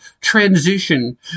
transition